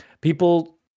people